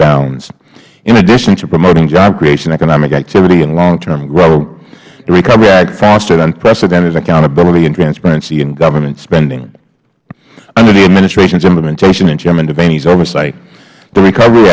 bounds in addition to promoting job creation economic activity and longterm growth the recovery act fostered unprecedented accountability and transparency in government spending under the administration's implementation and chairman devaney's oversight the recovery